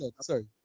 sorry